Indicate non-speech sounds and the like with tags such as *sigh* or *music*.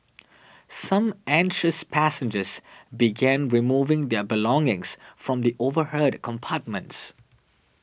*noise* some anxious passengers began removing their belongings from the overhead compartments